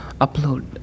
upload